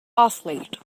athlete